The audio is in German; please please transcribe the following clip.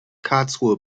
karlsruhe